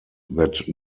that